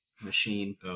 machine